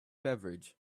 beverage